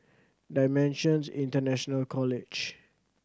Dimensions International College